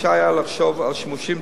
אפשר היה לחשוב על שימושים